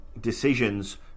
decisions